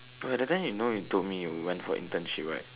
bro at that time you know you went for internship right